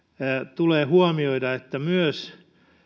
tulee huomioida että